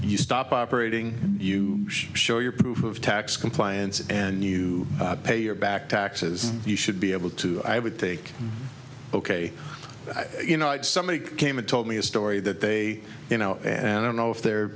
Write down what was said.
you stop operating you show your proof of tax compliance and you pay your back taxes you should be able to i would think ok you know somebody came and told me a story that they you know and i don't know if they're